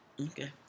okay